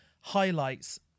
highlights